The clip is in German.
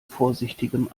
vorsichtigem